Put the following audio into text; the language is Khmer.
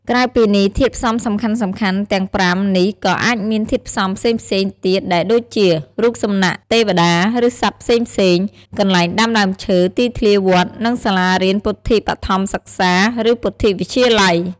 ក្រៅពីនេះ ធាតុផ្សំសំខាន់ៗទាំង៥នេះក៏អាចមានធាតុផ្សំផ្សេងៗទៀតដែលដូចជា រូបសំណាកទេវតា ឬសត្វផ្សេងៗ កន្លែងដាំដើមឈើ ទីធ្លាវត្ត និងសាលារៀនពុទ្ធិកបឋមសិក្សា ឬពុទ្ធិកវិទ្យាល័យ។